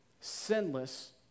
sinless